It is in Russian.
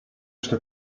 что